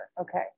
Okay